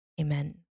Amen